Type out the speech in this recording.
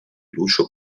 lucio